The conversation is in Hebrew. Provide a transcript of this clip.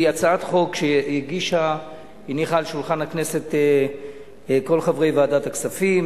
היא הצעת חוק שהניחו על שולחן הכנסת כל חברי ועדת הכספים,